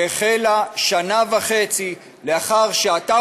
שהחלה שנה וחצי לאחר שאתה,